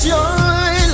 Joy